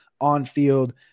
on-field